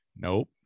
Nope